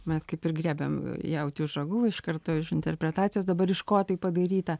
mes kaip ir griebiam jautį už ragų iš karto už interpretacijos dabar iš ko tai padaryta